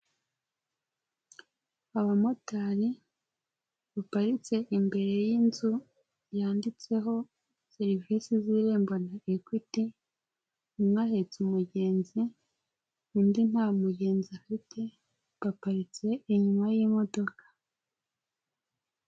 Abamotari baparitse imbere y'inzu yanditseho serivisi z'Irembo na Equity, umwe ahetse umugenzi undi nta mugenzi afite baparitse inyuma y'imodoka.